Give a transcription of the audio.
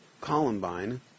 Columbine